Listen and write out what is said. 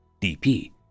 dp